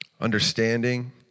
understanding